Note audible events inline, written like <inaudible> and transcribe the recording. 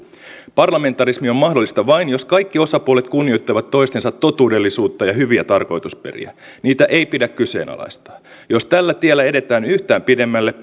parlamentarismi on mahdollista vain jos kaikki osapuolet kunnioittavat toistensa totuudellisuutta ja hyviä tarkoitusperiä niitä ei pidä kyseenalaistaa jos tällä tiellä edetään yhtään pidemmälle <unintelligible>